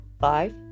five